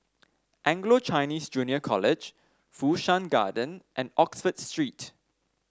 Anglo Chinese Junior College Fu Shan Garden and Oxford Street